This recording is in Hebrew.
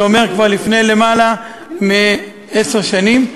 זה אומר כבר לפני למעלה מעשר שנים,